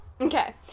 Okay